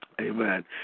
Amen